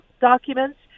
documents